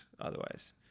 otherwise